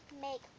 make